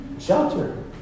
shelter